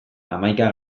hamaika